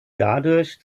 dadurch